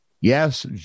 Yes